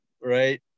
Right